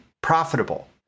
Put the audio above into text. profitable